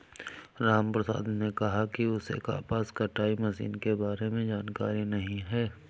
रामप्रसाद ने कहा कि उसे कपास कटाई मशीन के बारे में जानकारी नहीं है